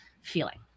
feeling